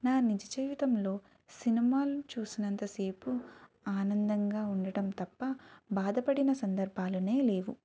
నా నిజజీవితంలో సినిమాలు చూసినంతసేపు ఆనందంగా ఉండటం తప్ప బాధపడిన సందర్బాలనే లేవు